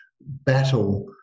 battle